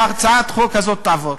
שהצעת החוק הזאת תעבור.